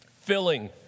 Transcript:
Filling